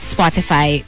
Spotify